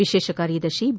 ವಿಶೇಷ ಕಾರ್ಯದರ್ತಿ ಬಿ